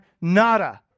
nada